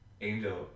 Angel